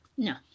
No